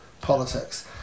politics